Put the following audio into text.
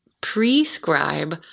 prescribe